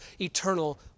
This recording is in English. eternal